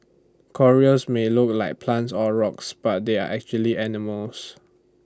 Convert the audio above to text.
corals may look like plants or rocks but they are actually animals